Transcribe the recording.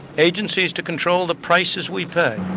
agencies to control the prices we pay,